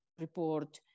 report